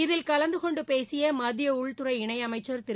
இதில் கலந்துகொண்டு பேசிய மத்திய உள்துறை இணையமைச்ச் திரு